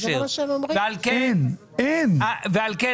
ולכן